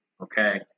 Okay